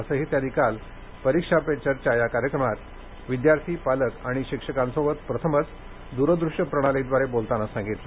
असंही त्यांनी काल परीक्षा पे चर्चा कार्यक्रमात विद्यार्थी पालक आणि शिक्षकांशी प्रथमच दूरदूष्य प्रणालीद्वारे बोलताना संगितलं